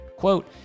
Quote